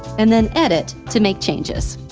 and then edit to make changes.